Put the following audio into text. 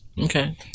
Okay